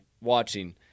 watching